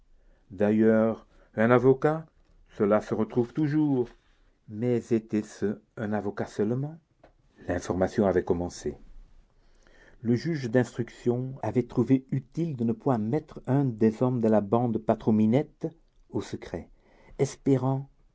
d'ailleurs un avocat cela se retrouve toujours mais était-ce un avocat seulement l'information avait commencé le juge d'instruction avait trouvé utile de ne point mettre un des hommes de la bande patron-minette au secret espérant